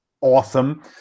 awesome